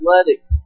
athletics